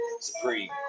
Supreme